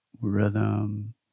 rhythm